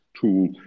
tool